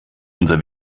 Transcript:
unser